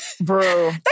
bro